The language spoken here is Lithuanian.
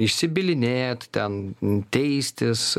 išsibylinėt ten teistis